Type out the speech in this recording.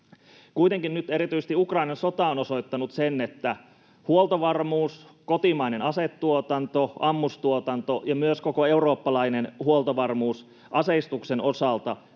Kuitenkin nyt erityisesti Ukrainan sota on osoittanut sen, että huoltovarmuus, kotimainen asetuotanto, ammustuotanto ja myös koko eurooppalainen huoltovarmuus aseistuksen osalta